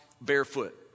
barefoot